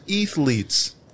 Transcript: athletes